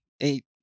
eight